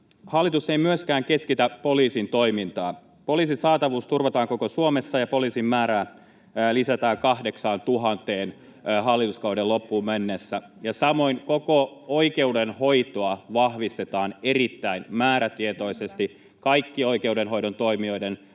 hallitus ei myöskään keskitä poliisin toimintaa. Poliisin saatavuus turvataan koko Suomessa, ja poliisien määrää lisätään 8 000:een hallituskauden loppuun mennessä. Samoin koko oikeudenhoitoa vahvistetaan erittäin määrätietoisesti. Kaikkien oikeudenhoidon toimijoiden